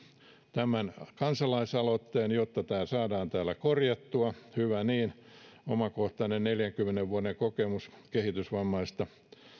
tämän kansalaisaloitteen jotta tämä saadaan täällä korjattua hyvä niin omakohtainen neljänkymmenen vuoden kokemus kehitysvammaisesta